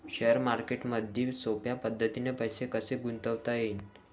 Share मार्केटमधी सोप्या पद्धतीने पैसे कसे गुंतवता येईन?